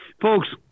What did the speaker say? Folks